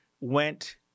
went